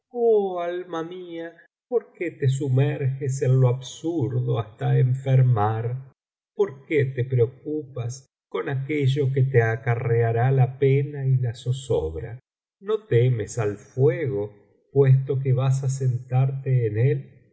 alma mía por qué te sumerges en lo absurdo hasta enfermar por qué te preocupas con aquello que te acarreará la pena y la zozobra no temes al fuego puesto que vas á sentarte en él